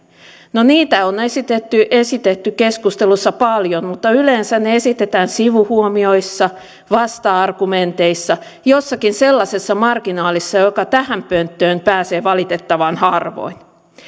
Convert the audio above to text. no niitä on esitetty esitetty keskusteluissa paljon mutta yleensä ne esitetään sivuhuomioissa vasta argumenteissa jossakin sellaisessa marginaalissa joka tähän pönttöön pääsee valitettavan harvoin